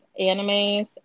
animes